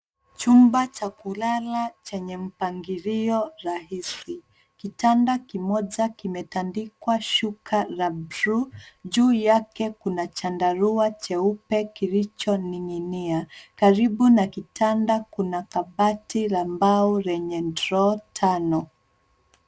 Chumba cha kulala chenye mpangilio rahisi. Kitanda kimoja kimetandikwa shuka la bluu, juu yake kuna chandarua cheupe kilichoning'inia. Karibu na kitanda kuna kabati la mbao lenye drawer tano.